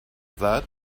that